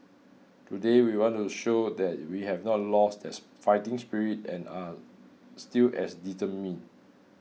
today we want to show that we have not lost that fighting spirit and are still as determined